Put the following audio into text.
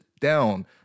down